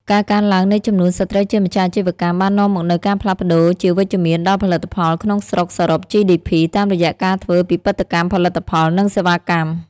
ការកើនឡើងនៃចំនួនស្ត្រីជាម្ចាស់អាជីវកម្ម បាននាំមកនូវការផ្លាស់ប្តូរជាវិជ្ជមានដល់ផលិតផលក្នុងស្រុកសរុប GDP តាមរយៈការធ្វើពិពិធកម្មផលិតផល និងសេវាកម្ម។